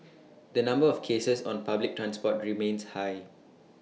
the number of cases on public transport remains high